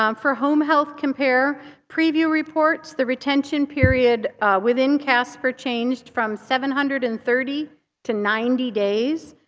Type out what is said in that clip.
um for home health compare preview reports, the retention period within casper changed from seven hundred and thirty to ninety days.